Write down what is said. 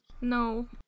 No